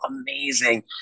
amazing